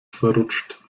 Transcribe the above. verrutscht